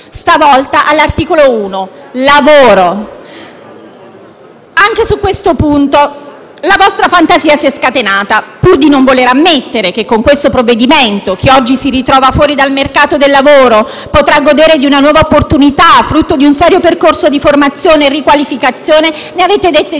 stavolta all'articolo 1: lavoro. Anche su questo punto la vostra fantasia si è scatenata: pur di non voler ammettere che con questo provvedimento chi oggi si ritrova fuori dal mercato del lavoro potrà godere di una nuova opportunità, frutto di un serio percorso di formazione e riqualificazione, ne avete dette di